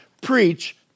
preach